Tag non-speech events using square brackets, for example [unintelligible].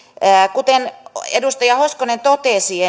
kuten edustaja hoskonen totesi [unintelligible]